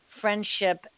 friendship